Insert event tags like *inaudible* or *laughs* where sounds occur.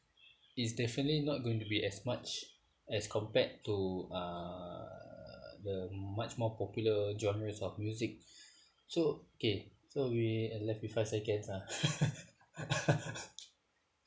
it's definitely not going to be as much as compared to uh the much more popular genres of music *breath* so okay so we left with five seconds ah *laughs*